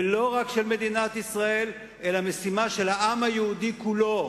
ולא רק מדינת ישראל, אלא משימת העם היהודי כולו.